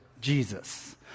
Jesus